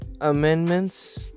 amendments